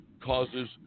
causes